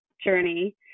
journey